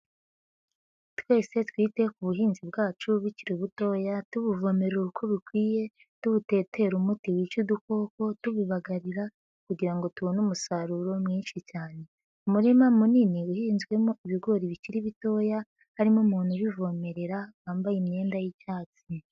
Twese twite ku buhinzi bwacu bukiri butoya tubuvomere uko bikwiye, tubutetere umuti wica udukoko, tubibagarira kugirango ngo tubone umusaruro mwinshi cyane. murima munini uhinzwemo ibigori bikiri bitoya hari n'uumuntu ubivomerera wambaye imyenda y'icyatsi.